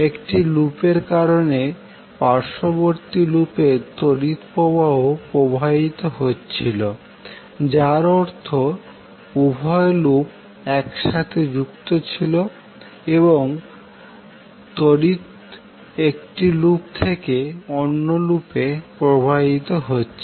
একটি লুপের কারণে পার্শ্ববর্তী লুপের তড়িৎ প্রবাহ প্রভাবিত হচ্ছিল যার অর্থ উভয় লুপ একসাথে যুক্ত ছিল এবং তড়িৎ একটি লুপ থেকে অন্য লুপে প্রবাহিত হচ্ছে